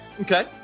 Okay